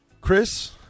Chris